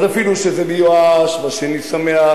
אז אפילו שזה מיואש והשני שמח,